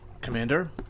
Commander